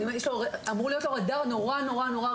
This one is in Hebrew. אמור להיות לו רדאר מאוד רגיש.